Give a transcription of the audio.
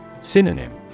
Synonym